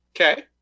Okay